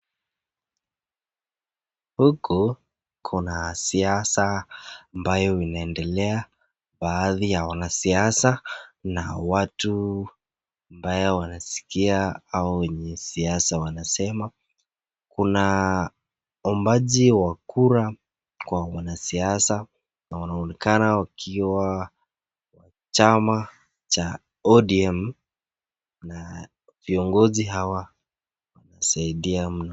Huku kuna siasa ambayo inaendelea. Baadhi ya wanasiasa na watu ambao wanasikia hawa wenye siasa wanasema. Kuna umobaji wa kura kwa wanasiasa na wanaonekana wakiwa wa chama cha ODM na viongozi hawa wanasaidia mno.